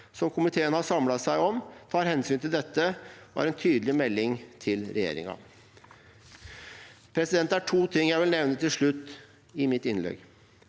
komiteen har samlet seg om, tar hensyn til dette og har en tydelig melding til regjeringen. Det er to ting jeg vil nevne til slutt i mitt innlegg.